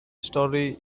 stori